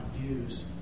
views